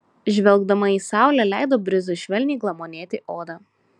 žvelgdama į saulę leido brizui švelniai glamonėti odą